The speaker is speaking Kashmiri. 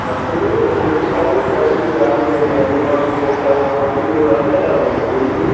پَتہٕ ؤنِو نا مےٚ تُہۍ چھِو تھاوان یہِ سانہِ چھُ آسان یہِ بایتُل مال چھُ کیٚنٛہہ تہٕ ہُپٲرۍ چھُ اتھ کیٛاہ کَرو أسۍ تُہۍ ؤنِو مےٚ